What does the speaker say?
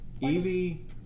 Evie